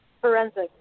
forensic